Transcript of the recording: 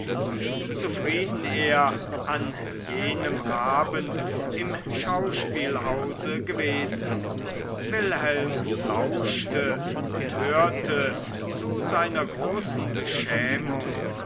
wie zufrieden er an jenem abend im schauspielhause gewesen wilhelm lauschte und hörte zu seiner großen beschämung